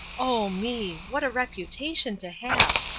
oh me! what a reputation to have!